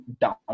down